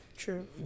true